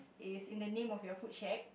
is in the name of your food shack